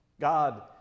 God